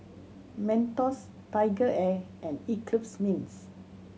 Mentos Tiger Air and Eclipse Mints